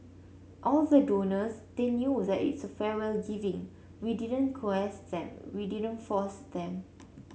all the donors they knew that it's a freewill giving we didn't coerce them we didn't force them